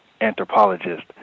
anthropologist